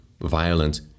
violent